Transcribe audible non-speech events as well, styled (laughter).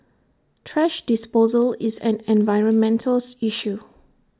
thrash disposal is an environmental (unintelligible) issue